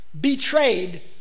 Betrayed